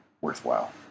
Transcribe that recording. worthwhile